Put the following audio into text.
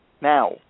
Now